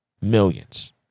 Millions